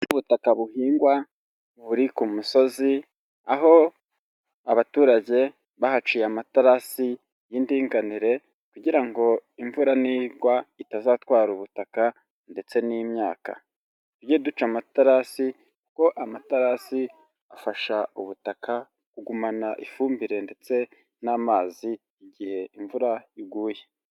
Ubutaka buhingwa buri ku misozi, aho abaturage bahaciye amaterasi y'indinganire kugira ngo imvura ntigwa itazatwara ubutaka ndetse n'imyaka, tujye duca amaterasi kuko amaterasi afasha ubutaka kugumana ifumbire ndetse n'amazi igihe imvura iguye.